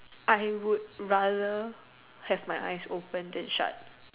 I would rather have my eyes open than shut